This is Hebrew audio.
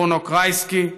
ברונו קרייסקי,